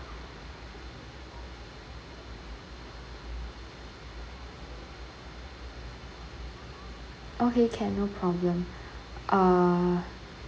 okay can no problem uh